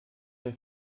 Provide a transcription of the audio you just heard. der